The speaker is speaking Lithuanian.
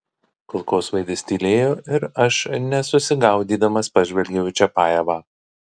kulkosvaidis tylėjo ir aš nesusigaudydamas pažvelgiau į čiapajevą